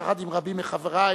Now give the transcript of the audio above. יחד עם רבים מחברי,